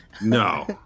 No